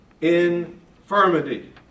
infirmity